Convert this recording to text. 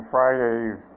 Fridays